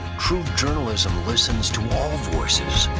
true journalism listens to all voices